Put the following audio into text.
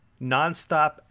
nonstop